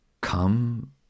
come